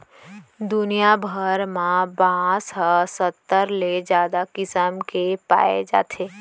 दुनिया भर म बांस ह सत्तर ले जादा किसम के पाए जाथे